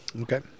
okay